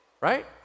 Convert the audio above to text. Right